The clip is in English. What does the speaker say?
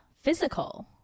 physical